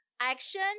action